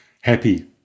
happy